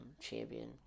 champion